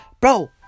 Bro